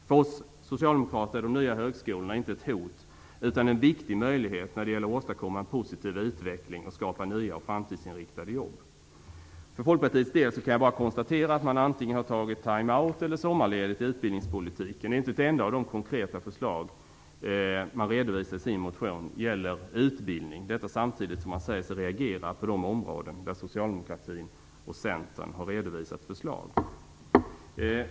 För oss socialdemokrater är de nya högskolorna inte ett hot utan en viktig möjlighet när det gäller att åstadkomma en positiv utveckling och skapa nya och framtidsinriktade jobb. För Folkpartiets del kan jag bara konstatera att man antingen har tagit time-out eller sommarledigt i utbildningspolitiken. Inte ett enda av de konkreta förslag som man redovisar i sin motion gäller utbildning - detta samtidigt som man säger sig reagera på de områden där Socialdemokraterna och Centern har redovisat förslag.